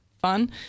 Fun